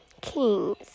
Kings